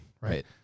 Right